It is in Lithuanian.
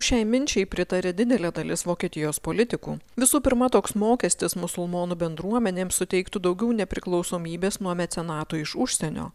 šiai minčiai pritaria didelė dalis vokietijos politikų visų pirma toks mokestis musulmonų bendruomenėms suteiktų daugiau nepriklausomybės nuo mecenatų iš užsienio